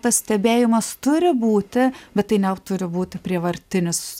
tas stebėjimas turi būti bet tai neturi būti prievartinis